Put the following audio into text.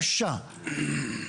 קשה.